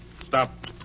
Stop